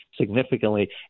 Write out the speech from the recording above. significantly